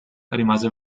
rimase